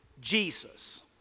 Jesus